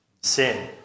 sin